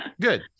Good